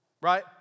right